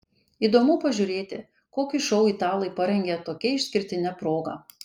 įdomu pažiūrėti kokį šou italai parengė tokia išskirtine proga